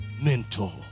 mentor